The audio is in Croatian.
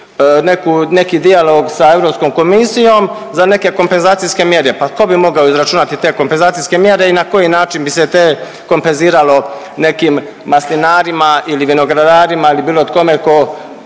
neki dijalog sa EK za neke kompenzacijske mjere. Pa tko bi mogao izračunati te kompenzacijske mjere i na koji način bi se te kompenziralo nekim maslinarima ili vinogradarima ili bilo tkome ko,